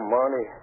money